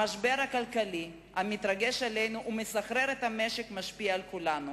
המשבר הכלכלי המתרגש עלינו ומסחרר את המשק משפיע על כולנו.